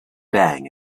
bang